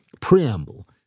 preamble